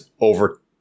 over